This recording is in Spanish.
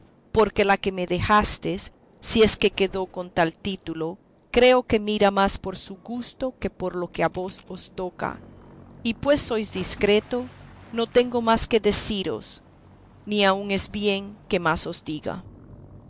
porque la que me dejastes si es que quedó con tal título creo que mira más por su gusto que por lo que a vos os toca y pues sois discreto no tengo más que deciros ni aun es bien que más